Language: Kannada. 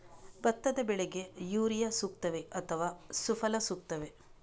ಭತ್ತದ ಬೆಳೆಗೆ ಯೂರಿಯಾ ಸೂಕ್ತವೇ ಅಥವಾ ಸುಫಲ ಸೂಕ್ತವೇ?